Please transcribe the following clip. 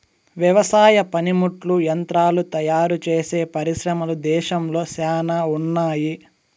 వ్యవసాయ పనిముట్లు యంత్రాలు తయారుచేసే పరిశ్రమలు దేశంలో శ్యానా ఉన్నాయి